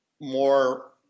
more